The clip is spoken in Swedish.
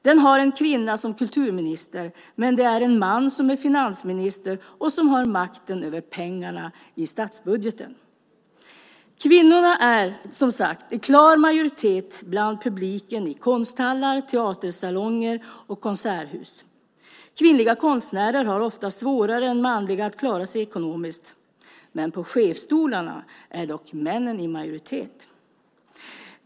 Den har en kvinna som kulturminister, men det är en man som är finansminister och har makten över pengarna i statsbudgeten. Kvinnorna är, som sagt, i klar majoritet bland publiken i konsthallar, teatersalonger och konserthus. Kvinnliga konstnärer har ofta svårare än manliga att klara sig ekonomiskt. Men på chefsstolarna är männen i majoritet.